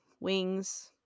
wings